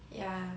ya